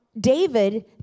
David